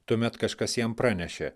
tuomet kažkas jam pranešė